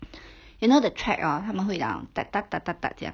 you know the track ah 他们会嚷 这样